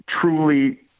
truly